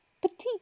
petite